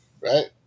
Right